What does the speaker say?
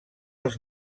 els